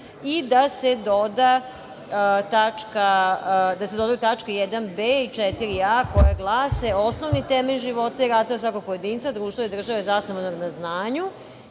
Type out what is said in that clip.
i da se dodaju tačke 1b i 4a koje glase - osnovni temelj života i razvoja svakog pojedinca, društva i države zasnovano je na znanju